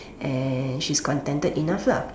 and she's contented enough lah